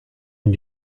and